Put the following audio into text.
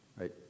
right